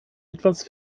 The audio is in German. etwas